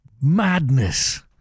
madness